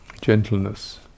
gentleness